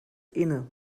inne